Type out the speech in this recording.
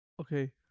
Okay